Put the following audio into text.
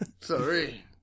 Sorry